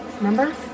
Remember